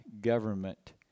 government